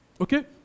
Okay